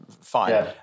fine